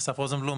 אסף רוזנבלום,